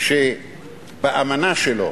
שבאמנה שלו